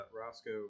Roscoe